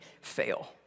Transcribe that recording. fail